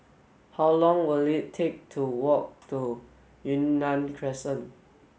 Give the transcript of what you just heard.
how long will it take to walk to Yunnan Crescent